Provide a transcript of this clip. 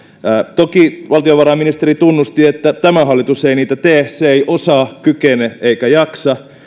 toki valtiovarainministeri tunnusti että tämä hallitus ei niitä tee se ei osaa kykene eikä jaksa